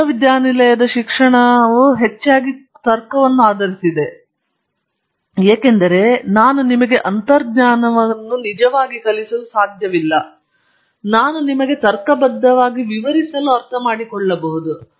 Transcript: ವಿಶ್ವವಿದ್ಯಾಲಯ ಶಿಕ್ಷಣದ ಎಲ್ಲಾ ಹೆಚ್ಚಾಗಿ ತರ್ಕವನ್ನು ಆಧರಿಸಿದೆ ಏಕೆಂದರೆ ನಾನು ನಿಮಗೆ ಅಂತರ್ಜ್ಞಾನವನ್ನು ನಿಜವಾಗಿ ಕಲಿಸಲು ಸಾಧ್ಯವಿಲ್ಲ ನಾನು ನಿಮಗೆ ವಿವರಿಸಲು ನಾನು ತರ್ಕಬದ್ಧವಾಗಿ ಅರ್ಥಮಾಡಿಕೊಳ್ಳುತ್ತೇನೆ